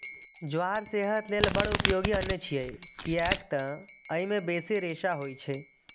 ज्वार सेहत लेल बड़ उपयोगी अन्न छियै, कियैक तं अय मे बेसी रेशा होइ छै